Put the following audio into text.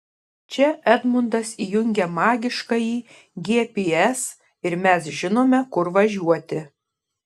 čia edmundas įjungia magiškąjį gps ir mes žinome kur važiuoti